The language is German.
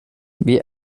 wir